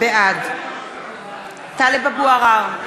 בעד טלב אבו עראר,